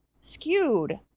skewed